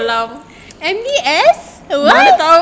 ganjil as what